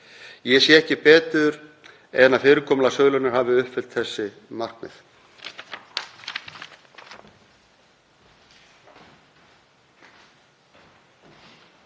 Ég sé ekki betur en að fyrirkomulag sölunnar hafi uppfyllt þessi markmið.